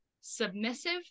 submissive